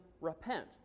repent